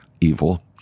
evil